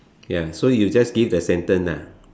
ya so you just give the sentence ah